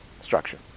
structure